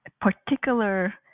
particular